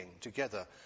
together